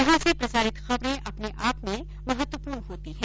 यहां से प्रसारित खबरें अपने आप में महत्वपूर्ण होती है